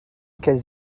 quelles